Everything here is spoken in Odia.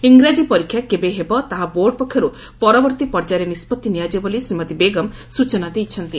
ଇଂରାଜୀ ପରୀକ୍ଷା କେବେ ହେବ ତାହା ବୋର୍ଡ଼ ପକ୍ଷରୁ ପରବର୍ତୀ ପର୍ଯ୍ୟାୟରେ ନିଷ୍ବଭି ନିଆଯିବ ବୋଲି ଶ୍ରୀମତୀ ବେଗମ୍ ସୂଚନା ଦେଇଛନ୍ତି